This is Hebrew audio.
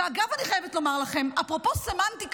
ואגב, אני חייבת לומר לכם, אפרופו סמנטיקה: